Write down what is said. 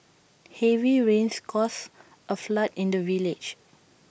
heavy rains caused A flood in the village